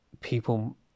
people